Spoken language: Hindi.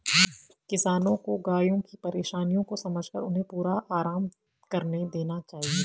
किसानों को गायों की परेशानियों को समझकर उन्हें पूरा आराम करने देना चाहिए